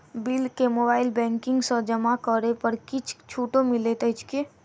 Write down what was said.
Bill केँ mobile banking सँ जमा करै पर किछ छुटो मिलैत अछि की?